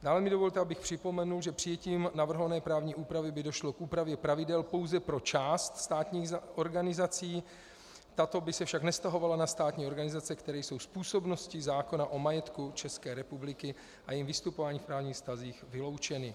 Dále mi dovolte, abych připomenul, že přijetím navrhované právní úpravy by došlo k úpravě pravidel pouze pro část státních organizací, tato by se však nevztahovala na státní organizace, které jsou z působnosti zákona o majetku České republiky a jejím vystupování v právních vztazích vyloučeny.